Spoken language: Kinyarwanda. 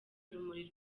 urumuri